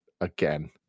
again